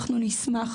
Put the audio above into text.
אנחנו נשמח.